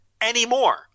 anymore